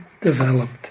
developed